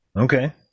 Okay